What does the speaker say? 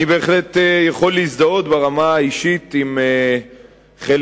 אני בהחלט יכול להזדהות ברמה האישית עם חלק